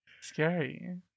scary